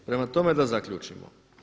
Prema tome da zaključimo.